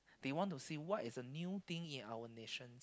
they want to see what is the new thing in our nations